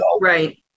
Right